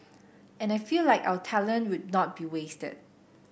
and I feel like our talent would not be wasted